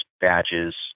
badges